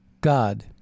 God